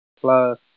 plus